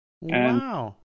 Wow